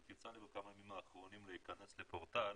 פשוט יצא לי בכמה הימים האחרונים להיכנס לפורטל,